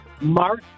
Mark